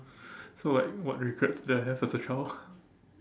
so like what regrets did I have as a child